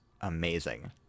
amazing